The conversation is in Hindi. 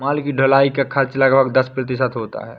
माल की ढुलाई का खर्च लगभग दस प्रतिशत होता है